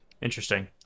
Interesting